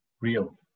real